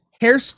hair